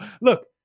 Look